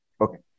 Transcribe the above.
Okay